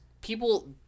people